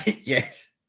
yes